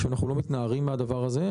אנחנו לא מתנערים מן הדבר הזה.